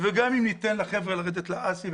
וגם אם ניתן לחבר'ה לרדת להאסי,